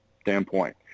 standpoint